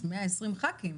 יש 120 ח"כים,